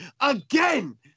again